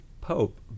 Pope